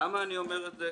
למה אני אומר את זה?